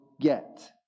get